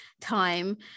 time